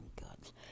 God's